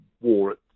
war